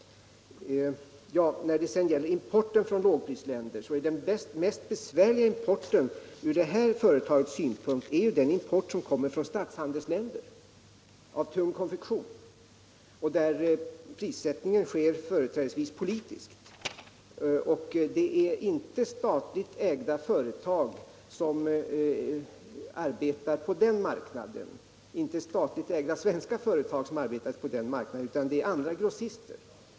När det sedan gäller importen från lågprisländer så är från det nu aktuella företagets synpunkt sett den mest besvärliga importen den som kommer från statshandelsländer, där prissättningen sker företrädesvis politiskt. Det är inte statligt ägda svenska importföretag som arbetar på den marknaden, utan det är andra grossister.